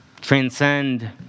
transcend